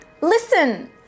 Listen